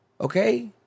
Okay